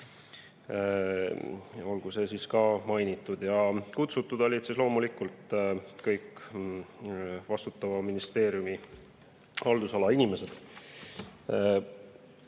Olgu see siis ka mainitud. Kutsutud olid loomulikult kõik vastutava ministeeriumi haldusala inimesed.